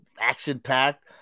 Action-packed